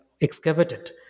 excavated